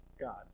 God